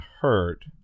hurt